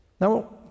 Now